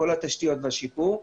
את כל התשתיות והשיפור,